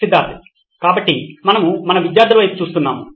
సిద్ధార్థ్ కాబట్టి మనము మన విద్యార్థుల వైపు చూస్తున్నాము